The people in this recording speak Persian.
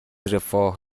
رفاه